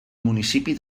municipi